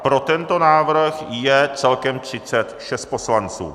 Pro tento návrh je celkem 36 poslanců.